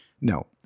No